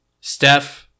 Steph